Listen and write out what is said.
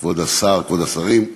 כבוד השר, כבוד השרים,